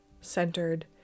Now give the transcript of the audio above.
centered